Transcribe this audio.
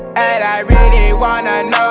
and i really wanna know